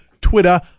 Twitter